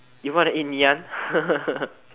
you want to eat Ngee-Ann